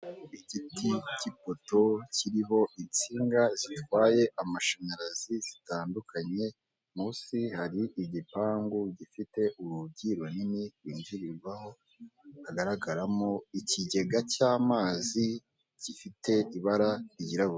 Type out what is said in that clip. Igiti k'ipoto kiriho insinga zitwaye amashanyarazi zitandukanye munsi hari igipangu gifite urugi runini rw'injirorwaho hagaragaramo ikigega cy'amazi gifite ibara ryirabura.